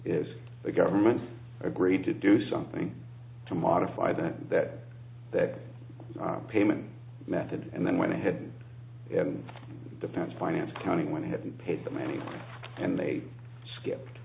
is the government agreed to do something to modify that that that payment method and then went ahead and the pens finance accounting went ahead and paid the money and they skipped